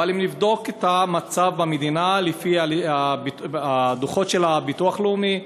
אבל אם נבדוק את המצב במדינה לפי הדוחות של הביטוח הלאומי,